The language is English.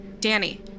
Danny